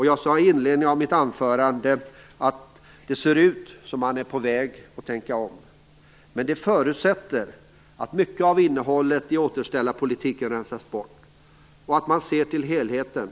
Jag sade i inledningen på mitt anförande att det ser ut som om man är på väg att tänka om, men det förutsätter att mycket av innehållet i återställarpolitiken rensas bort och att man ser till helheten.